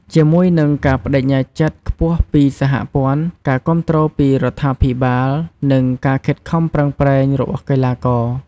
ជាមួយនឹងការប្ដេជ្ញាចិត្តខ្ពស់ពីសហព័ន្ធ ការគាំទ្រពីរដ្ឋាភិបាល និងការខិតខំប្រឹងប្រែងរបស់កីឡាករ។